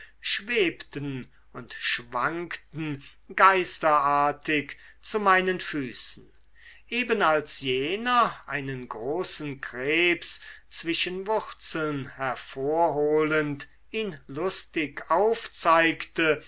schwebten und schwankten geisterartig zu meinen füßen eben als jener einen großen krebs zwischen wurzeln hervorholend ihn lustig aufzeigte